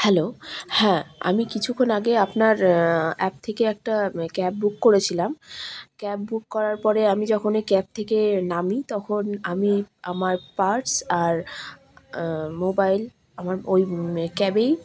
hello হ্যাঁ আমি কিছুক্ষণ আগে আপনার অ্যাপ থেকে একটা ক্যাব বুক করেছিলাম ক্যাব বুক করার পরে আমি যখনই ক্যাব থেকে নামি তখন আমি আমার পার্স আর মোবাইল আমার ওই ক্যাবেই